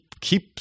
keep